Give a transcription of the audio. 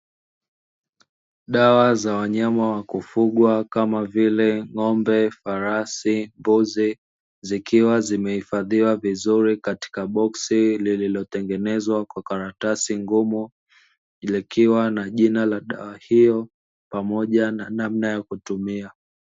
Dawa za wanyama wa kufugwa kama vile; ng’ombe, farasi, mbuzi zikiwa zimehifadhiwa vizuri katika boksi lililotengenezwa kwa karatasi ngumu. Likiwa na jina ya dawa hiyo, pamoja na namna ya kutumia.